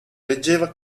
leggeva